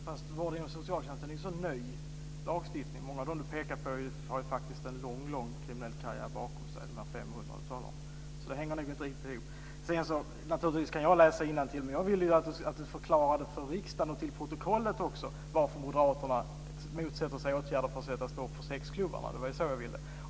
Fru talman! Vård inom socialtjänsten är en ny lagstiftning, och många av de 500 som Jeppe Johnsson talar om har en lång kriminell karriär bakom sig. Det hänger nog inte riktigt ihop. Jag kan naturligtvis läsa innantill, men jag vill att Jeppe Johnsson förklarar för riksdagen och för protokollet varför Moderaterna motsätter sig åtgärder för att sätta stopp för sexklubbarna. Det var det jag ville.